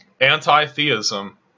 anti-theism